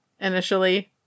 initially